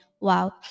Wow